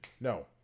No